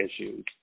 issues